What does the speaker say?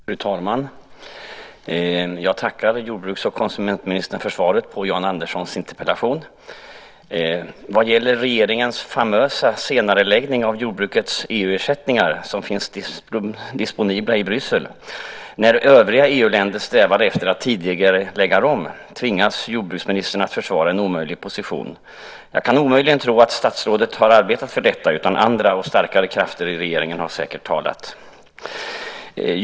Fru talman! Jag tackar jordbruks och konsumentministern för svaret på Jan Anderssons interpellation. Först gäller det regeringens famösa senareläggning av jordbrukets EU-ersättningar, som finns disponibla i Bryssel. När övriga EU-länder strävar efter att tidigarelägga dem tvingas jordbruksministern att försvara en omöjlig position. Jag kan omöjligen tro att statsrådet har arbetat för detta, utan andra och starkare krafter i regeringen har säkert talat.